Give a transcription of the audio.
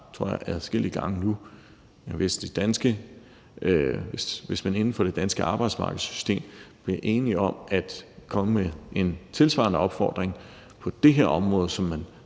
tror jeg har sagt adskillige gange nu, nemlig at hvis man inden for det danske arbejdsmarkedssystem bliver enige om at komme med en tilsvarende opfordring på det her område, som man